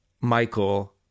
Michael